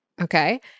Okay